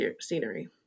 scenery